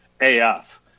AF